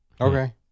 Okay